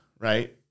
right –